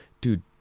dude